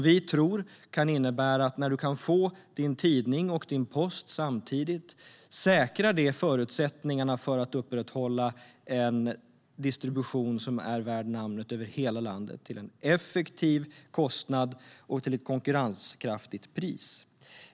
När man kan få sin tidning och sin post samtidigt tror vi att det säkrar förutsättningarna för att en distribution över hela landet som är värd namnet upprätthålls på ett kostnadseffektivt sätt och till ett konkurrenskraftigt pris.